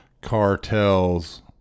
cartels